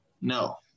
No